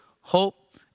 hope